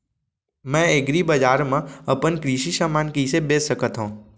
मैं एग्रीबजार मा अपन कृषि समान कइसे बेच सकत हव?